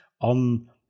on